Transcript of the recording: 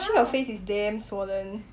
because your face is damn swollen